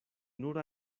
nur